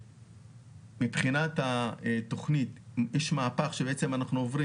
מבחינת התכנית יש מהפך שאנחנו עוברים